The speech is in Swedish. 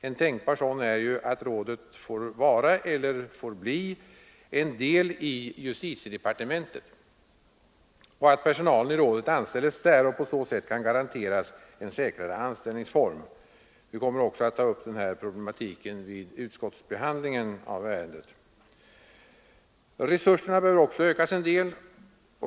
En tänkbar sådan är att rådet får vara eller får bli en del i justitiedepartementet och att personalen i rådet anställes där och på så sätt kan garanteras en säkrare anställningsform. Vi kommer också att ta upp den här problematiken vid utskottsbehandlingen av ärendet. Resurserna behöver också ökas en del.